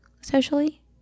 socially